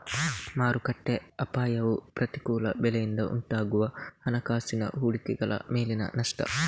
ಮಾರುಕಟ್ಟೆ ಅಪಾಯವು ಪ್ರತಿಕೂಲ ಬೆಲೆಯಿಂದ ಉಂಟಾಗುವ ಹಣಕಾಸಿನ ಹೂಡಿಕೆಗಳ ಮೇಲಿನ ನಷ್ಟ